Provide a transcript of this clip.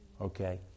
okay